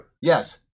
yes